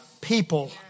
People